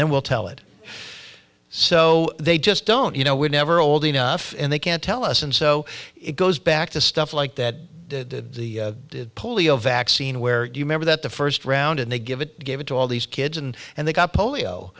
then we'll tell it so they just don't you know we're never old enough and they can't tell us and so it goes back to stuff like that the polio vaccine where you remember that the first round and they give it gave it to all these kids and and they got polio